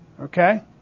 Okay